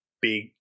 big